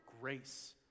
grace